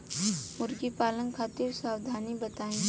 मुर्गी पालन खातिर सावधानी बताई?